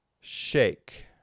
shake